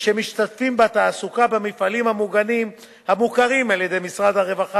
שמשתתפים בתעסוקה במפעלים המוגנים המוכרים על-ידי משרד הרווחה